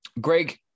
Greg